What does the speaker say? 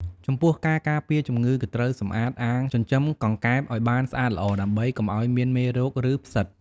ចំពោះការការពារជំងឺ គឺត្រូវសម្អាតអាងចិញ្ចឹមកង្កែបឲ្យបានស្អាតល្អ ដើម្បីកុំឲ្យមានមេរោគ ឬផ្សិត។